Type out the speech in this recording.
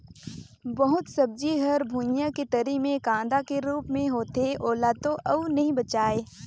बहुत सब्जी हर भुइयां के तरी मे कांदा के रूप मे होथे ओला तो अउ नइ बचायें